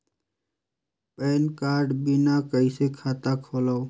Pan card बिना कइसे खाता खोलव?